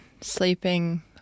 sleeping